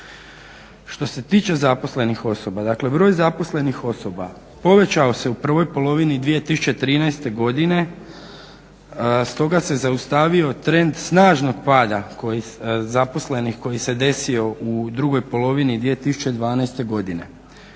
Što se tiče zaposlenih osoba dakle broj zaposlenih osoba povećao se u prvoj polovini 2013.godine stoga se zaustavio trend snaženog pada zaposlenih koji se desio u drugoj polovini 2012.godine.